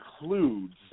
includes